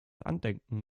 andenken